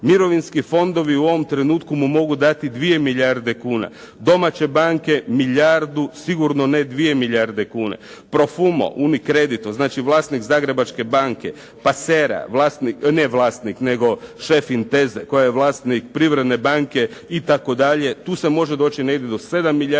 Mirovinski fondovi u ovom trenutku mu mogu dati 2 milijarde kuna, domaće banke milijardu, sigurno ne 2 milijarde kuna. Profumo UniCredit to vlasnik Zagrebačke banke, Pasera šef "Inteze" koja je vlasnik Privredne banke itd., tu se može doći negdje do 7 milijardi